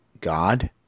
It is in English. God